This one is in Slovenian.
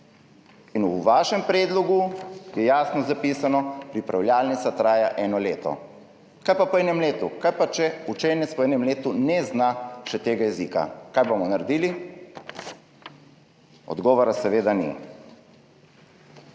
V vašem predlogu je jasno zapisano, pripravljalnica traja eno leto. Kaj pa po enem letu? Kaj pa če učenec po enem letu še ne zna tega jezika, kaj bomo naredili? Odgovora seveda ni.